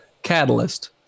catalyst